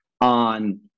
on